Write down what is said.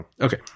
Okay